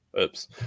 Oops